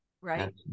Right